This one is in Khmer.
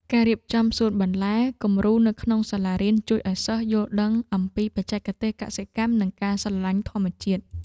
ការរៀបចំសួនបន្លែគំរូនៅក្នុងសាលារៀនជួយឱ្យសិស្សយល់ដឹងអំពីបច្ចេកទេសកសិកម្ម និងការស្រឡាញ់ធម្មជាតិ។